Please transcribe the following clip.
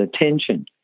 attention